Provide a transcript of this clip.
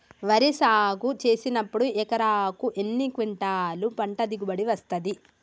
వరి సాగు చేసినప్పుడు ఎకరాకు ఎన్ని క్వింటాలు పంట దిగుబడి వస్తది?